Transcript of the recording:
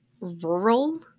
rural